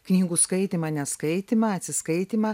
knygų skaitymą neskaitymą atsiskaitymą